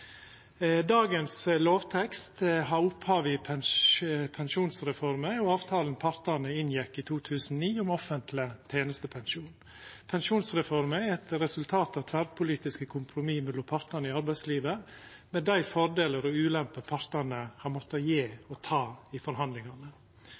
Dagens lovtekst har opphav i pensjonsreforma og avtalen partane inngjekk i 2009 om offentleg tenestepensjon. Pensjonsreforma er eit resultat av tverrpolitiske kompromiss mellom partane i arbeidslivet, med dei fordelane og dei ulempene partane har måtta gje